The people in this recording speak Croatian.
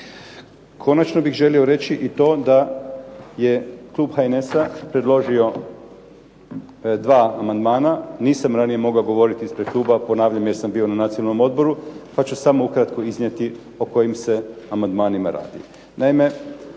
Konačno bih želio reći i to da je Klub HNS-a predloži dva amandmana. Nisam ranije mogao govoriti ispred kluba, ponavljam jer sam bio na Nacionalnom odboru, pa ću samo ukratko iznijeti o kojim se amandmanima radi.